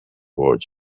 words